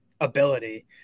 ability